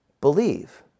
believe